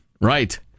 right